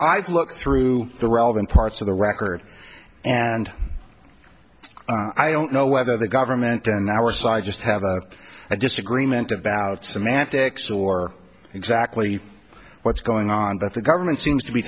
i've looked through the relevant parts of the record and i don't know whether the government on our side just have a disagreement about semantics or exactly what's going on but the government seems to be